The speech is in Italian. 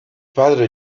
padre